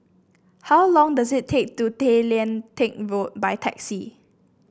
how long does it take to Tay Lian Teck Road by taxi